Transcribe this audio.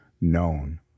known